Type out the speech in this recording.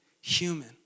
human